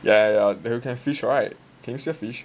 yeah yeah there you can fish right can you still fish